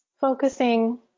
focusing